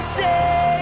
say